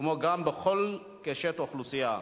כמו גם בכלל האוכלוסייה.